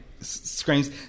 screams